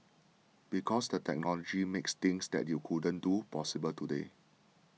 because the technology makes things that you couldn't do possible today